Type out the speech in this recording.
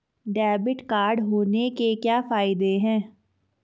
Debit card होने के क्या फायदे हैं?